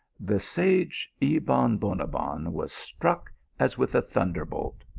the sage ebon bonabbon was struck as with a thunderbolt.